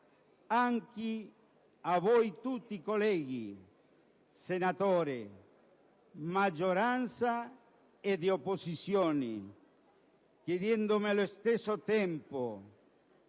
anche a voi tutti, colleghi senatori, di maggioranza e di opposizione, chiedendovi allo stesso tempo